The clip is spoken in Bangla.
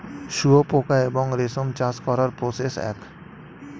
শুয়োপোকা এবং রেশম চাষ করার প্রসেস এক